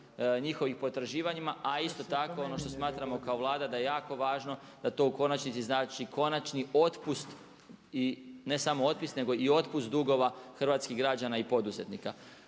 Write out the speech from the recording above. njihovu potraživanjima, a isto tako ono što smatramo kao Vlada da je jako važno da to u konačnici znači konačni otpust i ne samo otpis nego i otpust dugova hrvatskih građana i poduzetnika.